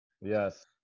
Yes